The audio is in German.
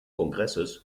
kongresses